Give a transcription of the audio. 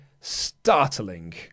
startling